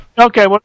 Okay